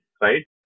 right